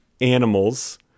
animals